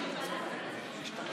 משה,